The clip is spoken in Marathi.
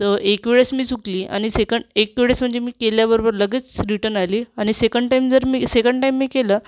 तर एकवेळेस मी चुकली आणि सेकंड एकवेळेस म्हणजे मी केल्याबरोबर लगेच रिटन आली आणि सेकंड टाइम जर मी सेकंड टाइम मी केलं